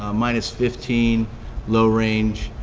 um minus fifteen low range.